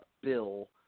bill